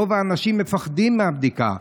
רוב האנשים מפחדים מהבדיקה.